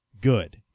good